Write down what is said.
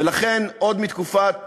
ולכן, עוד מתקופת